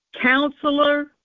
counselor